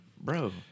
bro